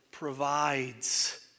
provides